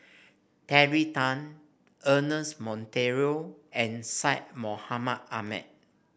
Terry Tan Ernest Monteiro and Syed Mohamed Ahmed